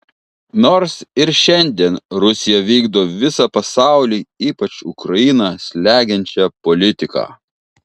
nors ir šiandien rusija vykdo visą pasaulį ypač ukrainą slegiančią politiką